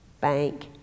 bank